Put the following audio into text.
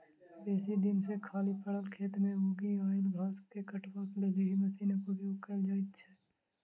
बेसी दिन सॅ खाली पड़ल खेत मे उगि आयल घास के काटबाक लेल एहि मशीनक उपयोग कयल जाइत छै